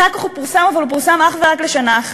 אחר כך הוא פורסם, אבל הוא פורסם אך ורק לשנה אחת.